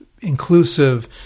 inclusive